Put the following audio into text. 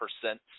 percent